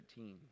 13